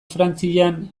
frantzian